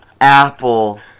Apple